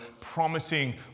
promising